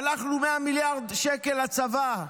שלחנו 100 מיליארד שקל לצבא.